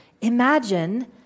Imagine